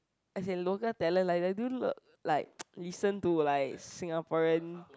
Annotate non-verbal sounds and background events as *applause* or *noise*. as in local talent like they do l~ like *noise* listen to like Singaporean